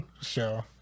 show